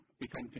become